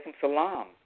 salam